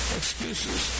excuses